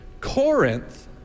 Corinth